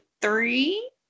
three